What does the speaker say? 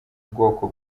ubwoko